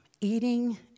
eating